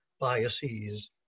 biases